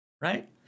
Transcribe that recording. right